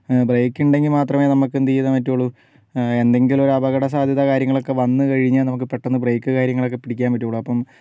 break ഉണ്ടെങ്കിൽ മാത്രമേ നമുക്ക് എന്തു ചെയ്യാൻ പറ്റുകയുള്ളു എന്തെങ്കിലും ഒരു അപകട സാധ്യത കാര്യങ്ങളൊക്കെ വന്നു കഴിഞ്ഞാൽ പെട്ടന്ന് ബ്രേയ്ക്ക് കാര്യങ്ങളൊക്കെ പിടിക്കാൻ പറ്റുകയുള്ളു